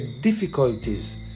difficulties